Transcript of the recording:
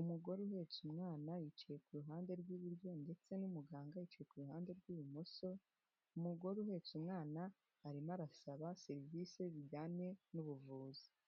umugore uhetse umwana yicaye ku ruhande rw'iburyo, ndetse n'umuganga yicaye iruhande rw'ibumoso. Umugore uhetse umwana arimo arasaba serivisi zijyanye n'ubuvuzi.